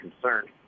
concerned